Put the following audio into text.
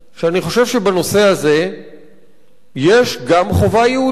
שאני חושב שבנושא הזה יש גם חובה יהודית.